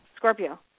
Scorpio